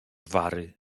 wary